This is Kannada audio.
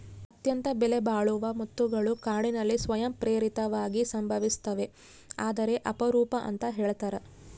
ಅತ್ಯಂತ ಬೆಲೆಬಾಳುವ ಮುತ್ತುಗಳು ಕಾಡಿನಲ್ಲಿ ಸ್ವಯಂ ಪ್ರೇರಿತವಾಗಿ ಸಂಭವಿಸ್ತವೆ ಆದರೆ ಅಪರೂಪ ಅಂತ ಹೇಳ್ತರ